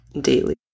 daily